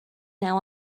now